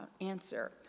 answer